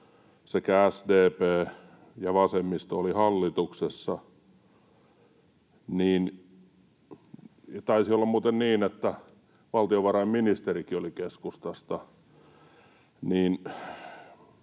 sekä SDP ja vasemmisto olivat hallituksessa — ja taisi olla muuten niin, että valtiovarainministerikin oli keskustasta